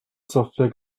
software